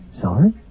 Sorry